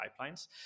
pipelines